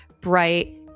bright